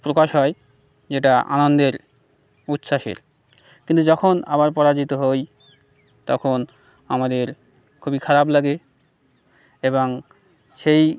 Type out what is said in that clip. প্রকাশ হয় যেটা আনন্দের উচ্ছাসের কিন্তু যখন আবার পরাজিত হই তখন আমাদের খুবই খারাপ লাগে এবং সেই